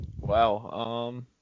Wow